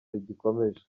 rigikomeje